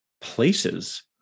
places